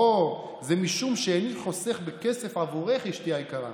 אוה, זה משום שאיני חוסך בכסף עבורך, אשתי היקרה.